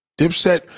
Dipset